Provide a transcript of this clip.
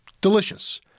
Delicious